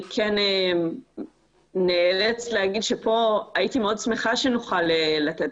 אני כן נאלצת לומר שכאן הייתי מאוד שמחה שנוכל לתת